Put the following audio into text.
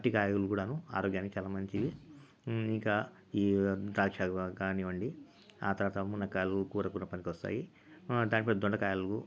అరటికాయలు కూడా ఆరోగ్యానికి చాలా మంచివి ఇంకా ఈ ద్రాక్షా గా కానివ్వండి ఆ తర్వాత మునక్కాయలు కూర కూడ పనికి వస్తాయి దానిపై దొండకాయలు